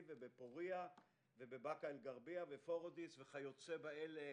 ובפוריה ובבקעה אל גרבייה ובפורדיס וכיוצא באלה